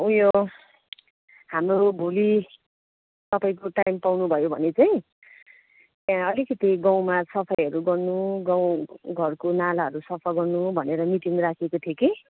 उयो हाम्रो भोलि तपाईँको टाइम पाउनु भयो भने चाहिँ त्यहाँ अलिकति गाउँमा सफाइहरू गर्नु गाउँ घरको नालाहरू सफा गर्नु भनेर मिटिङ राखेको थियो कि